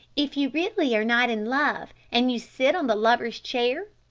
if you really are not in love and you sit on the lovers' chair,